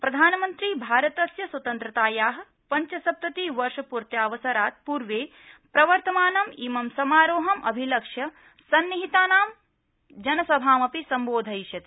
प्रधानमन्त्री भारतस्य स्वतन्त्रताया पंचसप्तति वर्षपूर्त्यवसरात् पूर्वे प्रवर्तमानम् इमं समारोहम् अभिलक्ष्य सन्निहितां जनसभामपि सम्बोधयिष्यति